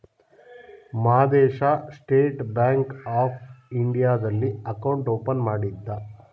Madesha state bank of ಇಂಡಿಯಾದಲ್ಲಿ account open ಮಾಡಿದ್ದ